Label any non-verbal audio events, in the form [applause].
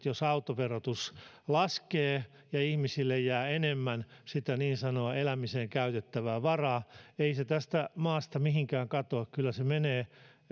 [unintelligible] jos autoverotus laskee [unintelligible] ja ihmisille jää enemmän [unintelligible] sitä niin sanottua elämiseen käytettävää varaa [unintelligible] [unintelligible] [unintelligible] ei se tästä maasta mihinkään katoa kyllä se menee